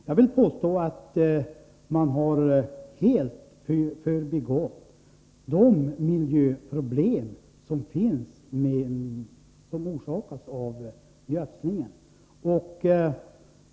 Jag vill påstå att man i broschyren helt har förbigått de miljöproblem som orsakas av gödslingen.